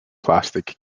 plastic